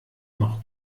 noch